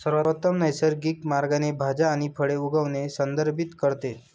सर्वोत्तम नैसर्गिक मार्गाने भाज्या आणि फळे उगवणे संदर्भित करते